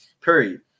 period